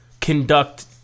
conduct